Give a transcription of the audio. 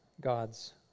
God's